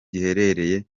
giherereye